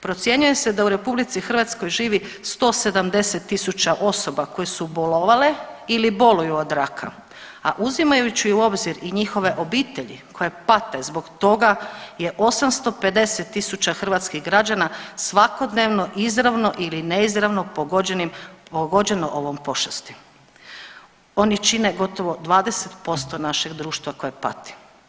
Procjenjuje se da u RH živi 170.000 osoba koje su bolovale ili boluju od raka, a uzimajući u obzir i njihove obitelji koje pate zbog toga je 850.000 hrvatskih građana svakodnevno izravno ili neizravno pogođeno ovom pošasti, oni čine gotovo 20% našeg društva koje pati.